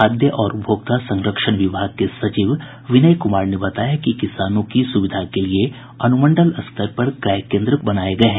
खाद्य और उपभोक्ता संरक्षण विभाग के सचिव विनय कुमार ने बताया कि किसानों की सुविधा के लिए अनुमंडल स्तर पर क्रय केन्द्र बनाये गये हैं